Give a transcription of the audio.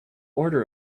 order